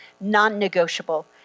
non-negotiable